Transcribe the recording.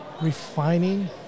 refining